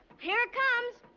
here it comes!